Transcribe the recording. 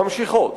נמשכות,